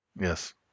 Yes